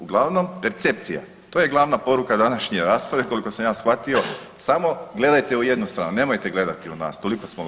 Uglavnom, percepcija, to je glavna poruka današnje rasprave, koliko sam ja shvatio, samo gledajte u jednu stranu, nemojte gledati u nas, toliko smo loši.